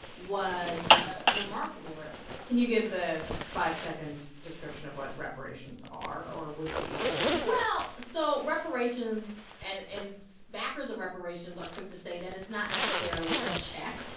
was ah remarkable, really can you give the five-second description of what reparations are or would be? well, so reparations and and so backers of reparations are quick to say that it's not necessarily a check,